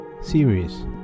series